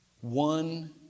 one